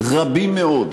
רבים מאוד,